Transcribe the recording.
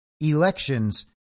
elections